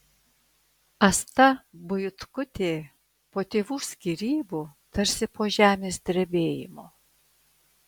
asta buitkutė po tėvų skyrybų tarsi po žemės drebėjimo